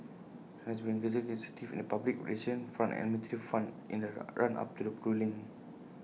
China has been increasingly assertive in the public relations front and military front in the run up to the ruling